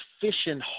fishing